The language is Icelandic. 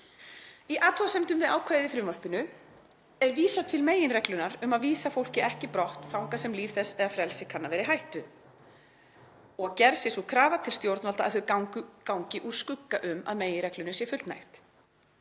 Í athugasemdum við ákvæðið í frumvarpinu er vísað til meginreglunnar um að vísa fólki ekki brott þangað sem líf þess eða frelsi kann að vera í hættu […] og að gerð sé sú krafa til stjórnvalda að þau gangi úr skugga um að meginreglunni sé fullnægt.